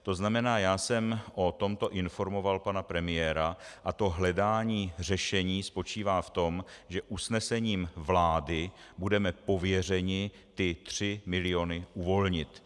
To znamená, já jsem o tomto informoval pana premiéra a to hledání řešení spočívá v tom, že usnesením vlády budeme pověřeni ty 3 miliony uvolnit.